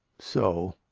so.